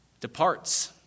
departs